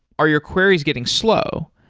are your queries getting slow?